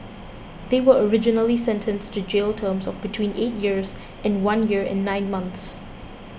they were originally sentenced to jail terms of between eight years and one year and nine months